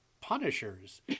punishers